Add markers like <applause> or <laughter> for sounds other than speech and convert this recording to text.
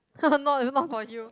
<laughs> not not for you